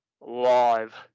live